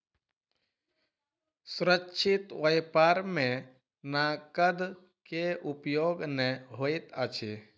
सुरक्षित व्यापार में नकद के उपयोग नै होइत अछि